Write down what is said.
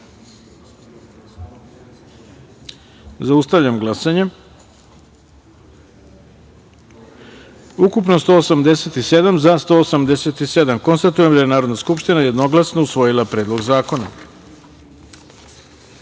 taster. Zaustavljam glasanje: ukupno - 187, za - 187.Konstatujem da je Narodna skupština jednoglasno usvojila Predlog zakona. Pošto